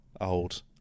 old